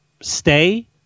stay